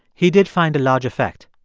he did find a large effect.